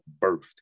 birthed